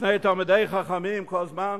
זקני תלמידי חכמים, כל זמן